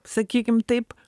sakykim taip